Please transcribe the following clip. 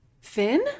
Finn